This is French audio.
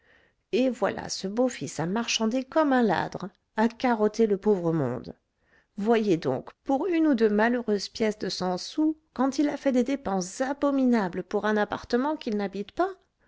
et voilà ce beau fils à marchander comme un ladre à carotter le pauvre monde voyez donc pour une ou deux malheureuses pièces de cent sous quand il a fait des dépenses abominables pour un appartement qu'il n'habite pas